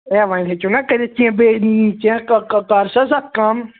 ہے وۅنۍ ہیٚکِو نا کٔرِتھ کیٚنٛہہ بٕے کیٚنٛہہ کَرُس حظ اتھ کم